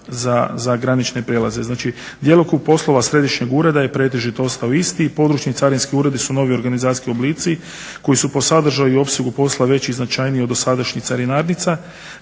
za granične prijelaze. Djelokrug poslova središnjeg ureda je pretežito ostao isti, područni carinski uredi su novi organizacijski oblici koji su po sadržaju i opsegu posla veći i značajniji od dosadašnjih carinarnica.